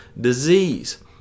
disease